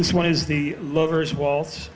this one is the lover's waltz